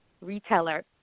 retailer